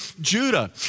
Judah